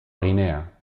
guinea